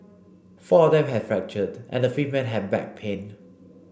four of them had fractured and the fifth man had back pain